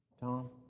Tom